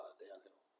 downhill